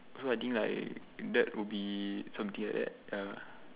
so I think like that would be something like that ya